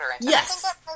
yes